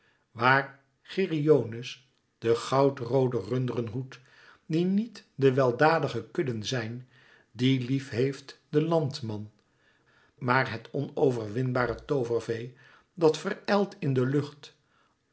waar geryones de goudroode runderen hoedt die niet de weldadige kudden zijn die lief heeft de landman maar het onoverwinbare toovervee dat verijlt in de lucht